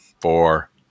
four